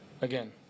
again